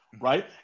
Right